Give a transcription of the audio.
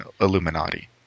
Illuminati